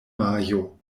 majo